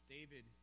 David